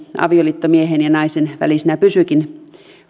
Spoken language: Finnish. avioliitto miehen ja naisen välisenä pysyykin